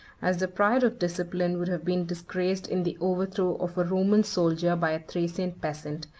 as the pride of discipline would have been disgraced in the overthrow of a roman soldier by a thracian peasant,